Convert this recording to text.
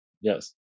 Yes